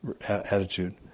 attitude